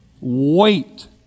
Wait